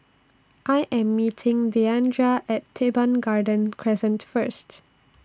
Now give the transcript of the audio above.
I Am meeting Diandra At Teban Garden Crescent First